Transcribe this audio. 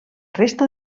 resta